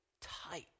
tight